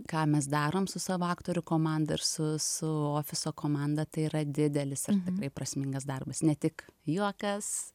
ką mes darom su savo aktorių komanda ir su su ofiso komanda tai yra didelis ir prasmingas darbas ne tik juokas